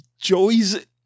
Joey's